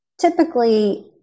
Typically